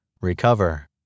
Recover